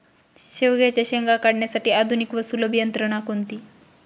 शेवग्याच्या शेंगा काढण्यासाठी आधुनिक व सुलभ यंत्रणा कोणती?